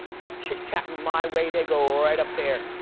that chit chat and my way, they go right up there.